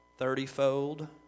thirtyfold